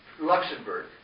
Luxembourg